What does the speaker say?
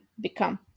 become